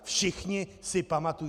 Všichni si pamatují...